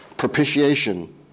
Propitiation